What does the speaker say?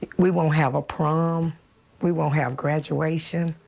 ah we will have a prom we will have graduation.